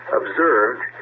observed